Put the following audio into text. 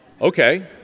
Okay